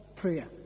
prayer